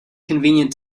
convenient